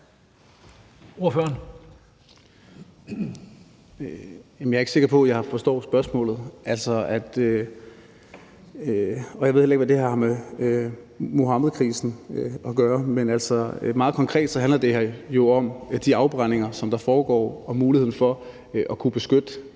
Jeg er ikke sikker på, at jeg forstår spørgsmålet, og jeg ved heller ikke, hvad det her har med Muhammedkrisen at gøre. Meget konkret handler det her jo om de afbrændinger, som foregår, og muligheden for at kunne værne